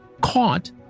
caught